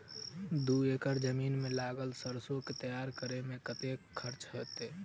दू एकड़ जमीन मे लागल सैरसो तैयार करै मे कतेक खर्च हेतै?